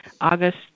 August